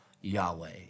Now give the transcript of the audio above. Yahweh